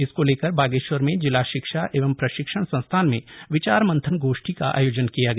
इसको लेकर बागेश्वर में जिला शिक्षा एवं प्रशिक्षण संस्थान में विचार मंथन गोष्ठी का आयोजन किया गया